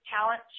Talent